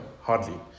Hardly